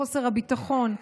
חוסר הביטחון,